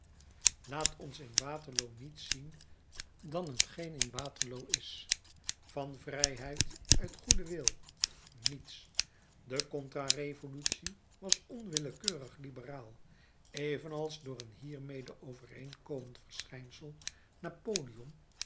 laat ons in waterloo niets zien dan t geen in waterloo is van vrijheid uit goeden wil niets de contra revolutie was onwillekeurig liberaal evenals door een hiermede overeenkomend verschijnsel napoleon